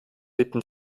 lebten